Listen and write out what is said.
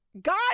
God